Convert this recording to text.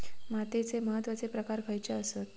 मातीचे महत्वाचे प्रकार खयचे आसत?